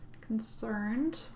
concerned